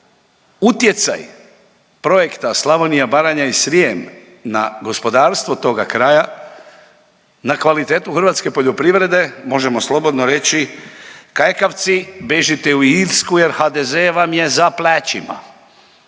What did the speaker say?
utjecaj projekta Slavonija, Baranja i Srijem na gospodarstvo toga kraja, na kvalitetu hrvatske poljoprivrede možemo slobodno reći, kajkavci, bežite u Irsku jer HDZ vas je za plećima.